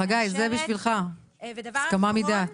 חגי, זה בשבילך, הסכמה מדעת.